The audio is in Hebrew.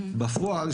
בפועל,